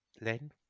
Len